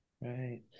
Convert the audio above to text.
Right